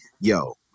Yo